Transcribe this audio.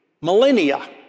millennia